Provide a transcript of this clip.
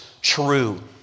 true